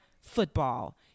football